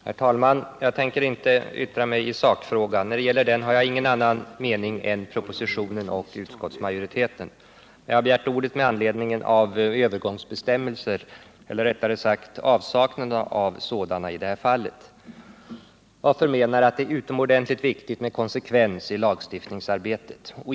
Herr talman! Jag tänker inte yttra mig i sakfrågan. När det gäller den har jag ingen annan mening än departementschefen och utskottsmajoriteten. Jag har begärt ordet med anledning av övergångsbestämmelserna, eller rättare sagt avsaknaden av sådana, i detta fall. Enligt min mening är det utomordentligt viktigt med konsekvens i lagstiftningsarbetet.